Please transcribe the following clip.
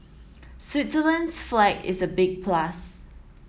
Switzerland's flag is a big plus